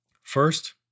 First